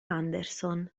anderson